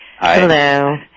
Hello